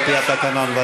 על-פי התקנון.